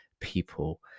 people